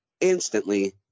instantly